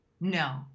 No